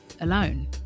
alone